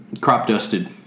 Crop-dusted